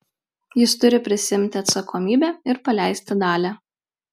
jis turi prisiimti atsakomybę ir paleisti dalią